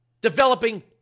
developing